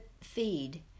feed